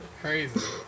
Crazy